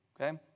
Okay